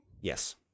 Yes